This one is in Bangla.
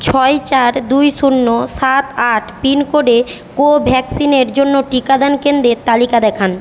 ছয় চার দুই শূন্য সাত আট পিনকোডে কোভ্যাক্সিনের জন্য টিকাদান কেন্দ্রের তালিকা দেখান